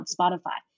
Spotify